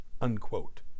unquote